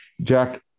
Jack